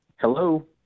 Hello